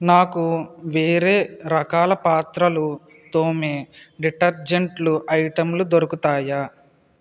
నాకు వేరే రకాల పాత్రలు తోమే డిటర్జెంట్లు ఐటెంలు దొరుకుతాయా